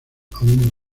aún